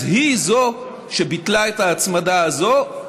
אז היא שביטלה את ההצמדה הזאת,